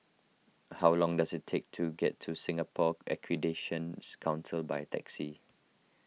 how long does it take to get to Singapore Accreditation Council by taxi